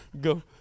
Go